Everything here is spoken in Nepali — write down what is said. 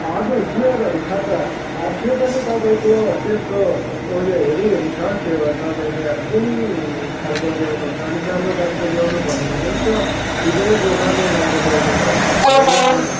हजुर चियरहरू छ त अब त्यो पनि तपाईँको त्यसको उयो हेरी हेरी छ त्यो तपाईँले अब कुन खाले ल्याउनु हुन्छ अलिक राम्रो दामको ल्याउनु भयो भने छ ठिकैको नर्मल दामको ल्याउनु भयो भने पनि छ नि